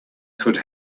could